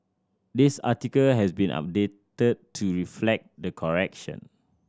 this article has been updated to reflect the correction